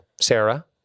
Sarah